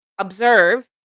observe